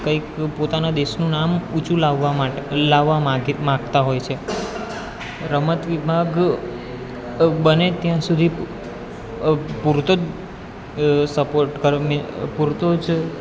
કંઇક પોતાના દેશનું નામ ઊંચું લાવવા લાવવા માગતા હોય છે રમત વિભાગ બને ત્યાં સુધી પૂરતો જ સપોર્ટ પૂરતો જ